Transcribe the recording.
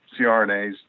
crnas